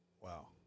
Wow